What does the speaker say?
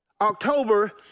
October